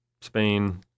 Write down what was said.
Spain